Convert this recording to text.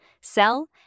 sell